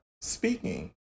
speaking